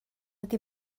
ydy